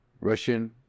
Russian